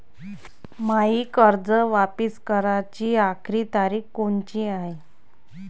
मायी कर्ज वापिस कराची आखरी तारीख कोनची हाय?